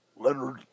Leonard